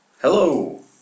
hello